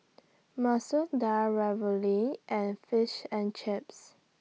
Masoor Dal Ravioli and Fish and Chips